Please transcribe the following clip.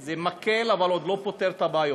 זה מקל, אבל עוד לא פותר את הבעיות,